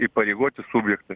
įpareigoti subjektai